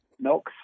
Milk